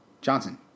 Johnson